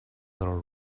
little